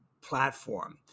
platform